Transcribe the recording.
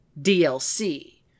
DLC